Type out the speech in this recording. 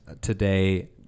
today